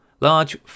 Large